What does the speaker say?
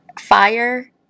fire